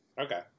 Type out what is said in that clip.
okay